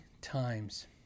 times